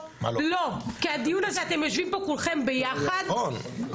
כי בדיון הזה אתם יושבים כולכם ביחד --- נכון,